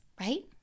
right